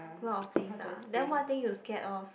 a lot of things eh then what thing you scared of